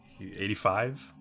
85